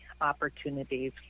opportunities